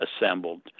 assembled